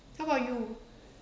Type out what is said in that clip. how about you